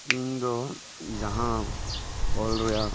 ᱤᱧ ᱫᱚ ᱡᱟᱦᱟᱸ ᱚᱞᱨᱮᱭᱟᱜ